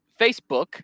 Facebook